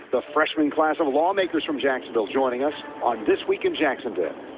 the freshman class of lawmakers from jacksonville joining us on this week in jacksonville.